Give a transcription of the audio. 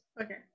Okay